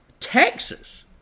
Texas